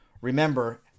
Remember